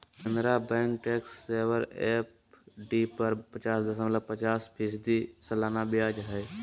Canara bank tax saver FD पर पाच दशमलब पचास फीसदी सालाना ब्याज हइ